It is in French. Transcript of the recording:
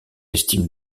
estime